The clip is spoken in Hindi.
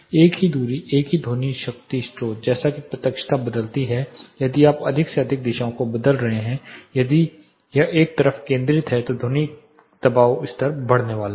एक ही दूरी एक ही ध्वनि शक्ति स्रोत जैसा कि प्रत्यक्षता बदलती है यदि आप अधिक से अधिक दिशाओं को बदल रहे हैं यदि यह एक तरफ केंद्रित है तो ध्वनि दबाव स्तर बढ़ने वाला है